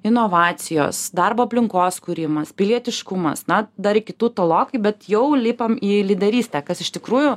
inovacijos darbo aplinkos kūrimas pilietiškumas na dar iki tų tolokai bet jau lipam į lyderystę kas iš tikrųjų